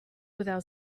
without